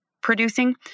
producing